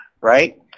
right